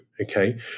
okay